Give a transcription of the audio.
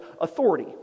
authority